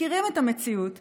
מכירים את המציאות,